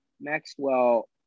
Maxwell